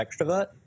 extrovert